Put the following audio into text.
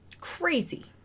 Crazy